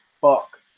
fuck